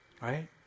right